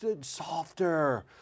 softer